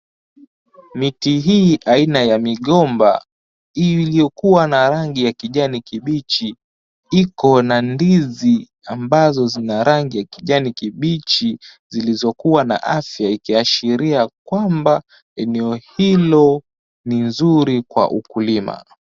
Miti hii aina ya migomba, iliyokuwa na rangi ya kijani kibichi, iko na ndizi ambazo zina rangi ya kijani kibichi, zilizokuwa na afya ikiashiria kwamba eneo hilo ni nzuri kwa ukulima.